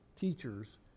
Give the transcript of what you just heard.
teachers